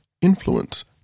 influence